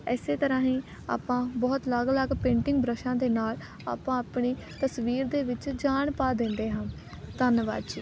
ਇਸ ਤਰ੍ਹਾਂ ਹੀ ਆਪਾਂ ਬਹੁਤ ਅਲੱਗ ਅਲੱਗ ਪੇਂਟਿੰਗ ਬ੍ਰੱਸ਼ਾਂ ਦੇ ਨਾਲ ਆਪਾਂ ਆਪਣੀ ਤਸਵੀਰ ਦੇ ਵਿੱਚ ਜਾਨ ਪਾ ਦਿੰਦੇ ਹਾਂ ਧੰਨਵਾਦ ਜੀ